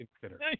consider